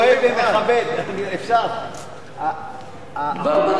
בוודאי, בוודאי.